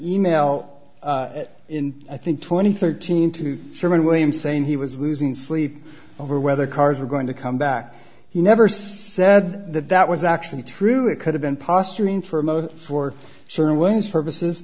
e mail in i think twenty thirteen to sherman william saying he was losing sleep over whether cars were going to come back he never said that that was actually true it could have been posturing for a motion for certain ways purposes